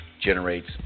generates